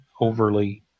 overly